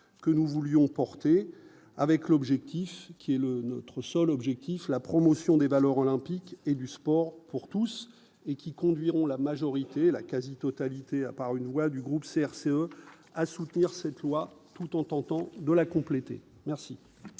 que nous voulions portée avec l'objectif qui est le notre seul objectif, la promotion des valeurs olympiques et du sport pour tous et qui conduiront la majorité, la quasi-totalité à par une voix du groupe CRCE à soutenir cette loi tout en tentant de la compléter, merci.